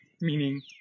meaning